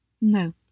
No